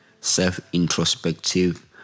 self-introspective